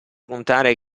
contare